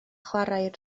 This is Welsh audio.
chwarae